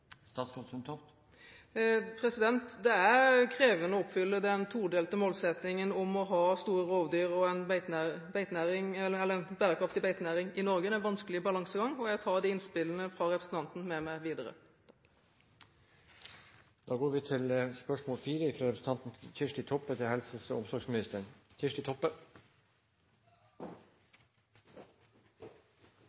Det er krevende å oppfylle den todelte målsettingen om å ha store rovdyr og en bærekraftig beitenæring i Norge; det er en vanskelig balansegang. Jeg tar imidlertid innspillene fra representanten med meg videre. Eg skal stilla følgjande spørsmål til